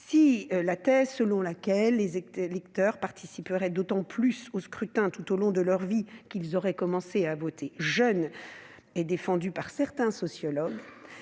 Si la thèse selon laquelle les électeurs participeraient d'autant plus aux scrutins tout au long de leur vie qu'ils auraient commencé à voter jeunes est défendue par certains sociologues,